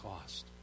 cost